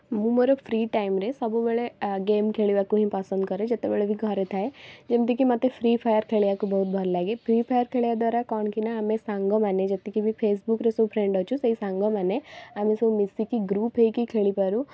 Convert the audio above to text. ମୁଁ ମୋର ଫ୍ରି ଟାଇମ୍ରେ ସବୁବେଳେ ଗେମ୍ ଖେଳିବାକୁ ହିଁ ପସନ୍ଦ କରେ ଯେତେବେଳେ ବି ଘରେ ଥାଏ ଯେମିତି କି ମୋତେ ଫ୍ରି ଫାୟାର୍ ଖେଳିବାକୁ ବହୁତ ଭଲ ଲାଗେ ଫ୍ରି ଫାୟାର୍ ଖେଳିବା ଦ୍ଵାରା କ'ଣ କି ନା ଆମେ ସାଙ୍ଗମାନେ ଯେତିକି ବି ଫେସବୁକରୁ ସବୁ ଫ୍ରେଣ୍ଡ ଅଛୁ ସେଇ ସାଙ୍ଗମାନେ ଆମେ ସବୁ ମିଶିକି ଗ୍ରୁପ ହେଇକି ଖେଳିପାରୁ